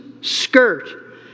skirt